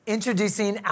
Introducing